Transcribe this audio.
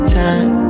time